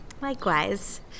Likewise